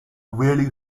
really